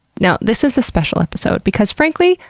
now, this is a special episode because, frankly,